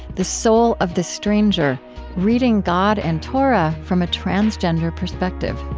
the soul of the stranger reading god and torah from a transgender perspective